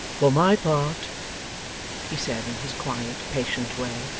for my part he said, in his quiet, patient way,